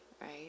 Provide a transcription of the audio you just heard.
right